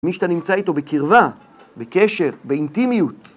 מי שאתה נמצא איתו בקרבה, בקשר, באינטימיות.